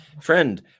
friend